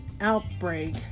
outbreak